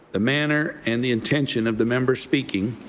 the manner, and the intention of the member speaking.